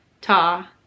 ta